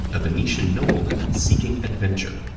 a venetian nobleman seeking adventure.